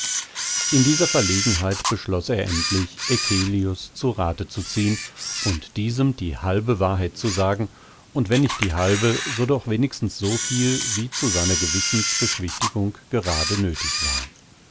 in dieser verlegenheit beschloß er endlich eccelius zu rathe zu ziehn und diesem die halbe wahrheit zu sagen und wenn nicht die halbe so doch wenigstens so viel wie zu seiner gewissens beschwichtigung gerade nöthig war